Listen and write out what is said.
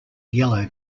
yellow